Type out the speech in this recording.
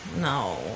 No